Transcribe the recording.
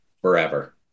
forever